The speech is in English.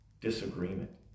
disagreement